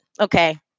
Okay